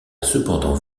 cependant